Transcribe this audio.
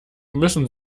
müssen